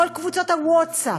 כל קבוצות הווטסאפ,